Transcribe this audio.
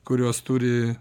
kurios turi